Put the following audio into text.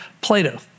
Plato